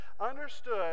understood